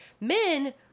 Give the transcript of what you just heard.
Men